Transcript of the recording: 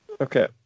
Okay